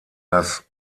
das